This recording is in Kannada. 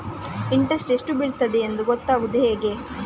ಇಂಟ್ರೆಸ್ಟ್ ಎಷ್ಟು ಬೀಳ್ತದೆಯೆಂದು ಗೊತ್ತಾಗೂದು ಹೇಗೆ?